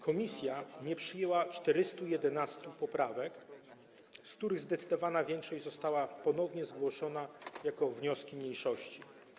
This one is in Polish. Komisja nie przyjęła 411 poprawek, z których zdecydowana większość została ponownie zgłoszona jako wnioski mniejszości.